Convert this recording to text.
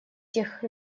тех